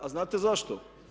A znate zašto?